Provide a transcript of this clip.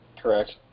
Correct